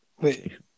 wait